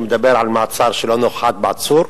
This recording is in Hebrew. שמדבר על הארכת מעצר שלא בנוכחות העצור.